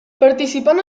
participant